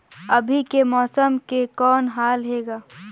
अभी के मौसम के कौन हाल हे ग?